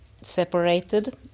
separated